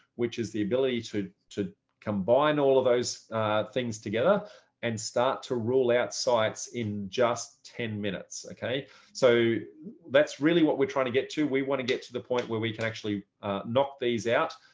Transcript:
which is the ability to to combine all of those things together and start to roll out sites in just ten minutes. that's so that's really what we're trying to get to. we want to get to the point where we can actually knock these out.